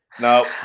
No